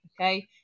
okay